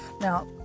Now